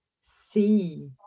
see